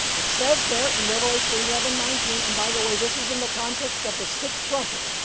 it says there in revelation eleven nineteen and by the way this is in the context of the sixth trumpet.